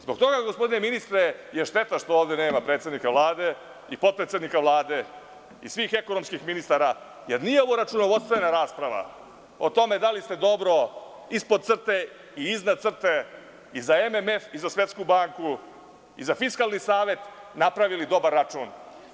Zbog toga, gospodine ministre, šteta je što ovde nema predsednika Vlade i potpredsednika Vlade i svih ekonomskih ministara, jer nije ovo računovodstvena rasprava o tome da li ste dobro, ispod crte i iznad crte i za MMF i za Svetsku banku i za Fiskalni savet napravili dobar račun.